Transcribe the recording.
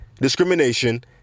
discrimination